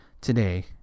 Today